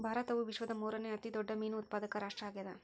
ಭಾರತವು ವಿಶ್ವದ ಮೂರನೇ ಅತಿ ದೊಡ್ಡ ಮೇನು ಉತ್ಪಾದಕ ರಾಷ್ಟ್ರ ಆಗ್ಯದ